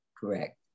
Correct